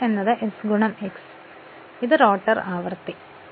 അതിനാൽ ഇത് റോട്ടർ ആവൃത്തിയാണ്